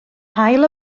haul